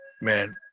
man